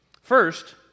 First